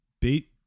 beat